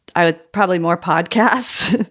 i would probably more podcasts.